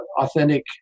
authentic